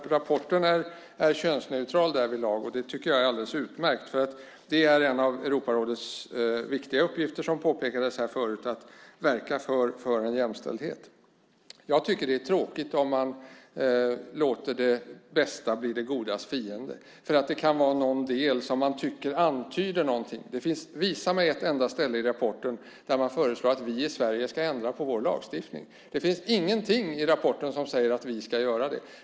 Rapporten är könsneutral därvidlag, och det tycker jag är alldeles utmärkt, därför att det är en av Europarådets viktiga uppgifter, som påpekades här förut, att verka för jämställdhet. Jag tycker att det är tråkigt om man låter det bästa bli det godas fiende för att det kan vara någon del som man tycker antyder någonting. Visa mig ett enda ställe i rapporten där man föreslår att vi i Sverige ska ändra på vår lagstiftning! Det finns ingenting i rapporten som säger att vi ska göra det.